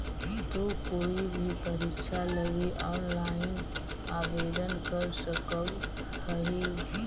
तु कोई भी परीक्षा लगी ऑनलाइन आवेदन कर सकव् हही